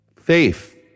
Faith